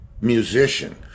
musician